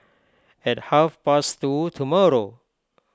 at half past two tomorrow